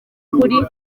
kuri